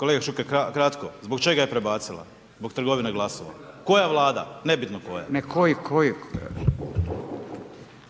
Kolega Šuker, kratko. Zbog čega je prebacila? Zbog trgovine glasova. Koja Vlada? Nebitno koja. **Radin, Furio